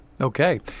Okay